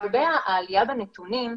לגבי העלייה בנתונים,